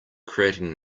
creating